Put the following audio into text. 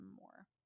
more